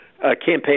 campaign